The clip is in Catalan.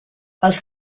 els